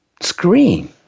screen